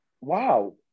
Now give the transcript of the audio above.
wow